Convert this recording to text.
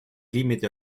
límite